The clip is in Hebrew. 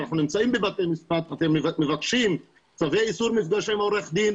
אנחנו נמצאים בבתי משפט אתם מבקשים צווי איסור מפגש עם עורכי-דין,